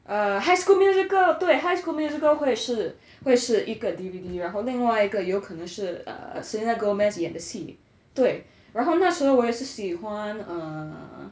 err high school musical 对 high school musical 会是会是一个 D_V_D 然后另外一个有可能是 err selena gomez 演的戏对然后那时候我也是喜欢 err